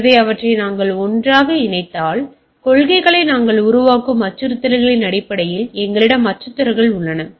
எனவே அவற்றை ஒன்றாக இணைத்தல் எனவே கொள்கைகளை நாங்கள் உருவாக்கும் அச்சுறுத்தல்களின் அடிப்படையில் எங்களிடம் அச்சுறுத்தல்கள் உள்ளன